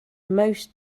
most